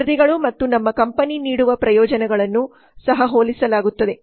ಸ್ಪರ್ಧಿಗಳು ಮತ್ತು ನಮ್ಮ ಕಂಪನಿ ನೀಡುವ ಪ್ರಯೋಜನಗಳನ್ನು ಸಹ ಹೋಲಿಸಲಾಗುತ್ತದೆ